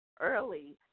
early